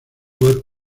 web